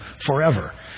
forever